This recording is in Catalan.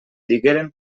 digueren